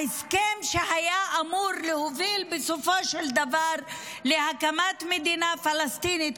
ההסכם שהיה אמור להוביל בסופו של דבר להקמת מדינה פלסטינית.